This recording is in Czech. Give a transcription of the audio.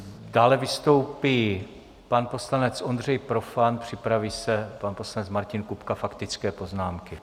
Dále vystoupí pan poslanec Ondřej Profant, připraví se pan poslanec Martin Kupka faktické poznámky.